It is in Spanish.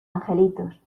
angelitos